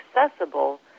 accessible